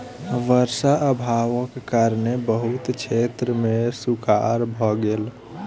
वर्षा अभावक कारणेँ बहुत क्षेत्र मे सूखाड़ भ गेल